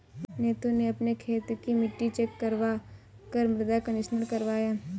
नथु ने अपने खेत की मिट्टी चेक करवा कर मृदा कंडीशनर करवाया